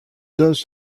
does